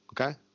okay